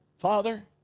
Father